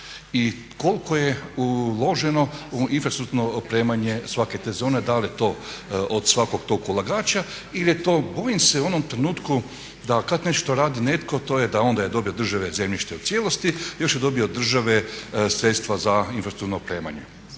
i koliko je uloženo u infrastrukturno opremanje svake te zone, da li je to od svakog tog ulagača ili je to, bojim se u onom trenutku da kad nešto radi netko to je da onda je dobio od države zemljište u cijelosti, još je dobio od države sredstva za infrastrukturno opremanje.